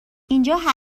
اینجا